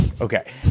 Okay